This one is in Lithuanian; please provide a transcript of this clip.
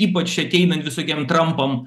ypač ateinant visokiem trampam